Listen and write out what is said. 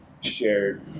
shared